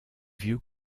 vieux